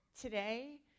today